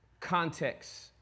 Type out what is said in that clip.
context